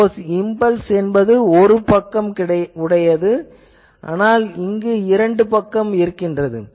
இப்போது இம்பல்ஸ் என்பது ஒரு பக்கம் உடையது ஆனால் இங்கு இரண்டு உள்ளது